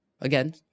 Again